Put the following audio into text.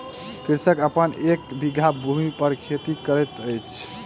कृषक अपन एक बीघा भूमि पर खेती करैत अछि